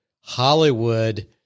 Hollywood